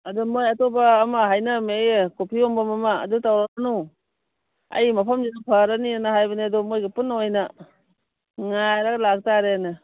ꯑꯗꯨ ꯃꯣꯏ ꯑꯇꯣꯞꯄ ꯑꯃ ꯍꯥꯏꯅꯔꯝꯃꯦ ꯑꯩ ꯀꯣꯐꯤ ꯌꯣꯟꯐꯝ ꯑꯃ ꯑꯗꯨ ꯇꯧꯔꯅꯨ ꯑꯩ ꯃꯐꯝꯁꯤꯗ ꯐꯔꯅꯤꯅ ꯍꯥꯏꯕꯅꯦ ꯑꯗꯣ ꯃꯈꯣꯏꯒ ꯄꯨꯟꯅ ꯑꯣꯏꯅ ꯉꯥꯏꯔꯒ ꯂꯥꯛꯇꯔꯦꯅꯦ